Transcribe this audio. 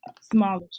smaller